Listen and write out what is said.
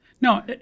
No